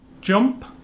Jump